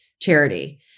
charity